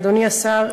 אדוני השר,